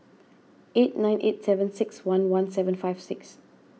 eight nine eight seven six one one seven five six